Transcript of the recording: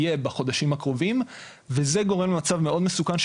יהיה בחודשים הקרובים וזה גורם למצב מאוד מסוכן,